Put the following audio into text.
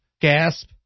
gasp